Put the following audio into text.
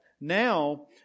now